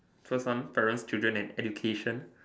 first one parents children and education